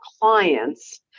clients